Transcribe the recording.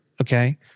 Okay